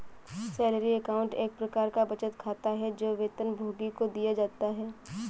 salary account एक प्रकार का बचत खाता है, जो वेतनभोगी को दिया जाता है